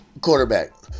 quarterback